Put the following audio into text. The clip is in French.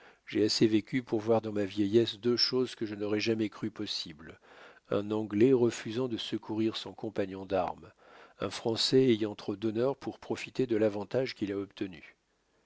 j'ai assez vécu pour voir dans ma vieillesse deux choses que je n'aurais jamais crues possibles un anglais refusant de secourir son compagnon d'armes un français ayant trop d'honneur pour profiter de l'avantage qu'il a obtenu